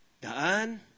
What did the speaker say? Daan